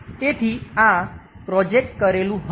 તેથી આ પ્રોજેક્ટ કરેલું હશે